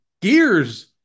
Gears